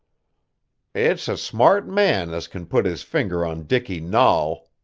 it's a smart man as can put his finger on dicky nahl,